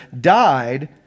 died